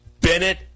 Bennett